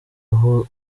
aho